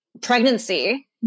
pregnancy